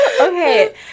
okay